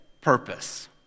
purpose